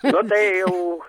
nu tai jau